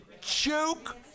Joke